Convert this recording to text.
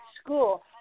school